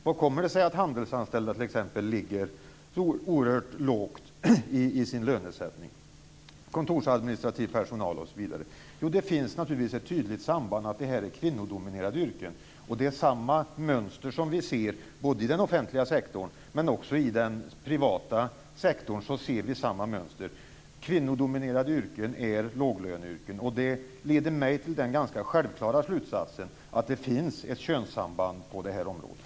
Hur kommer det sig att t.ex. handelsanställda och kontorsadministrativ personal ligger så oerhört lågt i sin lönesättning? Jo, det finns naturligtvis ett tydligt samband på så sätt att det här är kvinnodominerade yrken. Vi ser samma mönster i både den offentliga och den privata sektorn: kvinnodominerade yrken är låglöneyrken. Det leder mig till den ganska självklara slutsatsen att det finns ett könssamband på det här området.